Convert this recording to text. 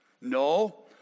No